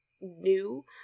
new